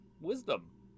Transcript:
wisdom